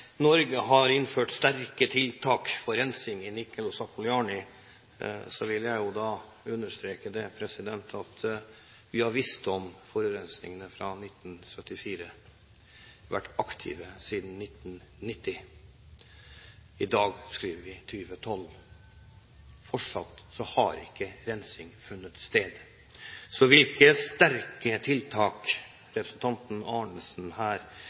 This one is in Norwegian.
Norge har innført sterke tiltak for rensing i Nikel og Zapoljarnij, vil jeg understreke at vi har visst om forurensningene fra 1974 og vært aktive siden 1990. I dag skriver vi 2012. Fortsatt har ikke rensing funnet sted. Så hvilke sterke tiltak representanten Arnesen her